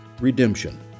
redemption